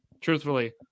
truthfully